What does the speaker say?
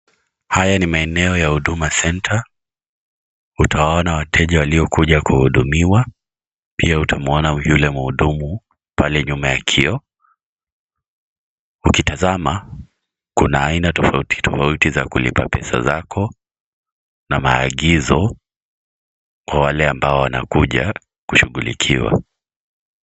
Haya ni maeneo ya Huduma Center. Utaona wateja waliolkuja kuhudumiwa. Pia utamuona yule mahudumu pale nyuma ya kioo. Ukitazama, kuna haina tofauti tofauti za kulipa pesa zako, na maagizo kwa wale amba wana kuja kushukulikiwa.